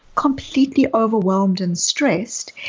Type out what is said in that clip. completely overwhelmed and stressed.